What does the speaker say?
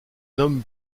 homme